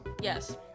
yes